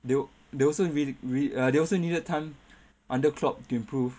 they they also real~ ah they also needed time under klopp to improve